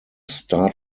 star